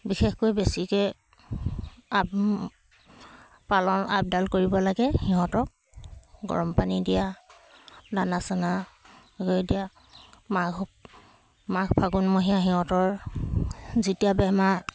বিশেষকৈ বেছিকে আতম্ পালন আপদাল কৰিব লাগে সিহঁতক গৰম পানী দিয়া দানা চানা দিয়া মাঘ মাঘ ফাগুনমহীয়া সিহঁতৰ যেতিয়া বেমাৰ